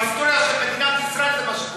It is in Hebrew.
בהיסטוריה של מדינת ישראל, זה מה שקורה.